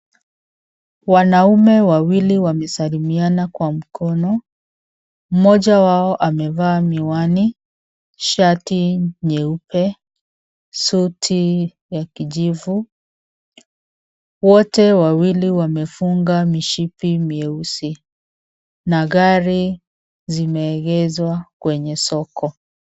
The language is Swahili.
Wanaume wawili wamesalimiana kwa mkono, mmoja wao amevaa miwani ,shati nyeupe ,suti ya kijivu, wote wawili wamefunga mishipi meusi na gari zimeegeshwa kwenye soko.